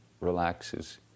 relaxes